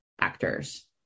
actors